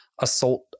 assault